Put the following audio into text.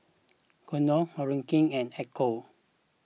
Konnor Horacio and Echo